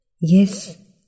yes